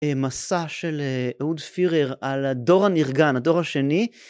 אה, מסע של אה, אהוד פירר על הדור הנרגן, הדור השני.